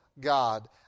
God